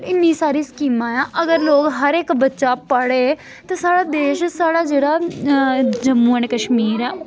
इन्नी सारी स्कीमां ऐ अगर लोक हर इक बच्चा पढ़े ते साढ़ा देश साढ़ा जेह्ड़ा जम्मू एंड कश्मीर ऐ